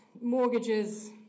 mortgages